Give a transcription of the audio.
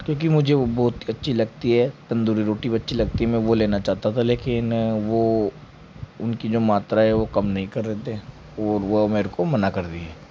क्योंकि मुझे वो बहुत ही अच्छी लगती है तंदूरी रोटी भी अच्छी लगती है मैं वो लेना चाहता था लेकिन वो उनकी जो मात्रा है वो कम नहीं कर रहे थे और वह मेरे को मना कर दिए